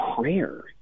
prayer